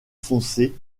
foncé